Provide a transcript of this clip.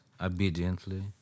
obediently